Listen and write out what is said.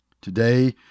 Today